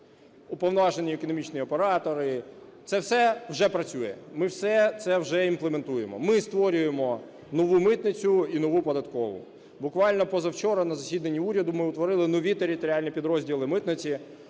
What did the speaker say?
уповноважені економічні оператори – це все вже працює, ми все це вже імплементуємо. Ми створюємо нову митницю і нову податкову. Буквально позавчора на засіданні уряду ми утворили нові територіальні підрозділи митниці.